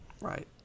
Right